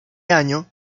año